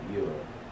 europe